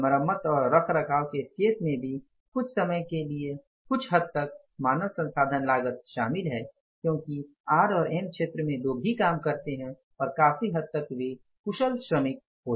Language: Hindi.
और मरम्मत और रखरखाव के केस में भी कुछ समय के लिए कुछ हद तक मानव संसाधन लागत शामिल है क्योंकि आर और एम क्षेत्र में लोग ही काम करते हैं और वे काफ़ी हद तक कुशल श्रमिक हैं